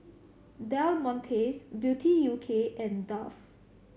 Del Monte Beauty U K and Dove